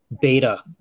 Beta